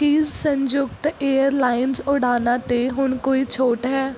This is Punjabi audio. ਕੀ ਸੰਯੁਕਤ ਏਅਰਲਾਈਨਜ਼ ਉਡਾਣਾਂ 'ਤੇ ਹੁਣ ਕੋਈ ਛੋਟ ਹੈ